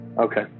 Okay